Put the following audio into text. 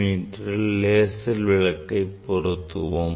meal laser விளக்கை பொருத்துவோம்